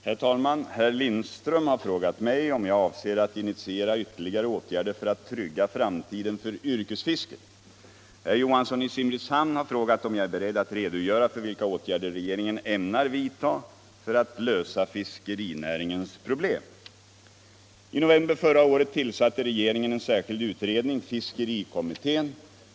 Herr talman! Herr Lindström har frågat mig om jag avser att initiera ytterligare åtgärder för att trygga framtiden för yrkesfisket. Herr Johansson i Simrishamn har frågat om jag är beredd att redogöra för vilka åtgärder regeringen ämnar vidta för att lösa fiskerinäringens problem. I november förra året tillsatte regeringen en sirskild utredning. fiskerikommittén.